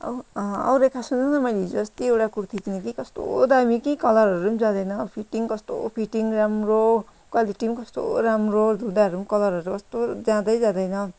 औ औ रेखा सुनन मैले हिजोअस्ति एउटा कुर्ती किने कि कस्तो दामी कि कलरहरू पनि जाँदैन फिट्टिङ कस्तो फिट्टिङ राम्रो क्वालिटी पनि कस्तो राम्रो धुँदाहरू पनि कलरहरू कस्तो जाँदै जाँदैन